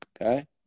okay